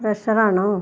pressure ആണോ